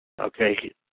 Okay